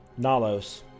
Nalos